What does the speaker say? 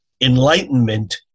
enlightenment